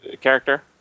character